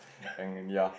and ya